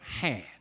hand